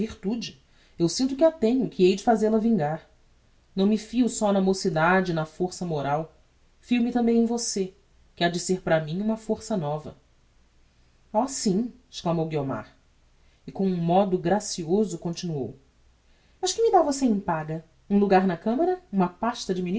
virtude eu sinto que a tenho e que hei de faze la vingar não me fio só na mocidade e na força moral fio me tambem em você que ha de ser para mim uma força nova oh sim exclamou guiomar e com um modo gracioso continuou mas que me dá você em paga um logar na camara uma pasta de